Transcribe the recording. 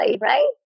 right